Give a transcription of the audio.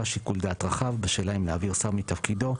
שיקול דעת רחב בשאלה אם להעביר שר מתפקידו.